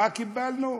מה קיבלנו?